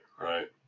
Right